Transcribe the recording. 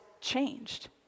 changed